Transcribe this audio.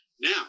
Now